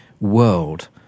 world